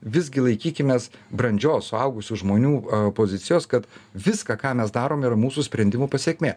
visgi laikykimės brandžios suaugusių žmonių pozicijos kad viską ką mes darom yra mūsų sprendimų pasekmė